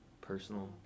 personal